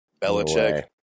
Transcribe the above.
Belichick